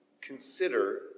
consider